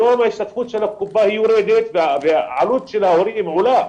היום ההשתתפות של הקופה יורדת והעלות של ההורים עולה.